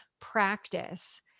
practice